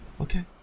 okay